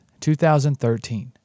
2013